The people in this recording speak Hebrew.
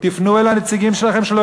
תפנו אל הנציגים שלכם,